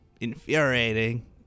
infuriating